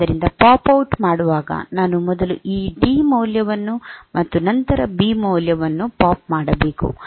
ಆದ್ದರಿಂದ pop out ಮಾಡುವಾಗ ನಾನು ಮೊದಲು ಈ ಡಿ ಮೌಲ್ಯವನ್ನು ಮತ್ತು ನಂತರ ಬಿ ಮೌಲ್ಯವನ್ನು ಪಾಪ್ ಮಾಡಬೇಕು